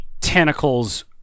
tentacles